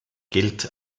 gilt